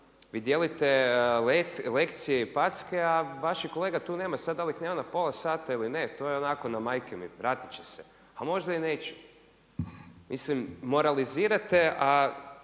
vi dijelite lekcije i packe a vaših kolega tu nema, sad dal ih nema na pola sata ili ne to je onako na majke mi, vratit će se, a možda i neće. Mislim moralizirate a